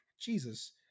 Jesus